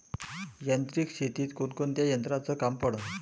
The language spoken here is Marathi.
यांत्रिक शेतीत कोनकोनच्या यंत्राचं काम पडन?